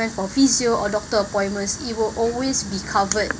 I went for physio or doctor appointments it will always be covered